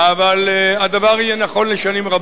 אבל הדבר יהיה נכון לשנים רבות.